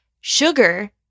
sugar